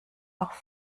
auch